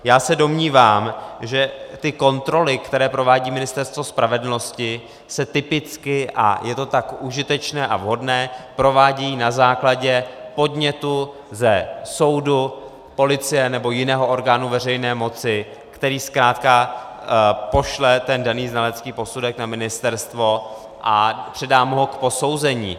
Já se domnívám, že ty kontroly, které provádí Ministerstvo spravedlnosti, se typicky a je to tak užitečné a vhodné provádějí na základě podnětu ze soudu, policie nebo jiného orgánu veřejné moci, který zkrátka pošle daný znalecký posudek na ministerstvo a předá mu ho k posouzení.